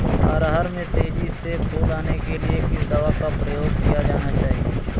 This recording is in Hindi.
अरहर में तेजी से फूल आने के लिए किस दवा का प्रयोग किया जाना चाहिए?